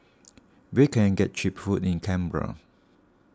where can I get Cheap Food in Canberra